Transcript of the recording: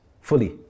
fully